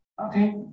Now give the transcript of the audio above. Okay